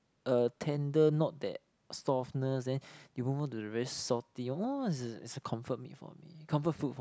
uh tender not that softness then it move on to very salty comfort me for me comfort food for me